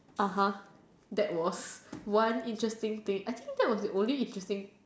(uh huh) that was one interesting thing I think that was the only interesting